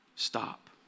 Stop